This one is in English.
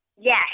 Yes